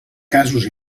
casos